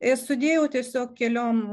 ir sudėjau tiesiog keliom